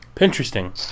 Interesting